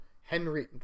Henry